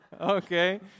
Okay